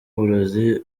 uburozi